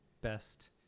best